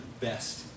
best